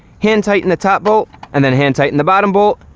hand tighten the top bolt, and then hand tighten the bottom bolt.